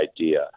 idea